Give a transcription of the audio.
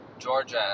Georgia